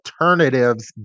Alternatives